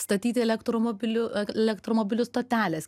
statyti elektromobilių elektromobilių stoteles